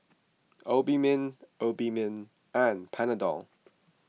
Obimin Obimin and Panadol